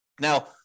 Now